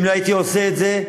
אם לא הייתי עושה את זה,